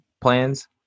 plans